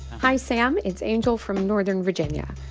hi, sam. it's angel from northern virginia.